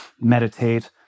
meditate